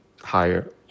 higher